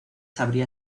habría